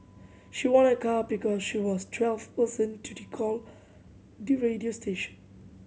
she won a car because she was twelfth person to call the radio station